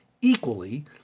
equally